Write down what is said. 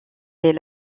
est